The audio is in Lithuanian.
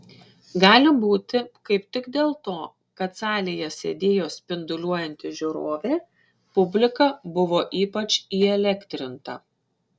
gali būti kaip tik dėl to kad salėje sėdėjo spinduliuojanti žiūrovė publika buvo ypač įelektrinta